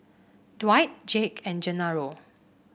Dwight Jake and Genaro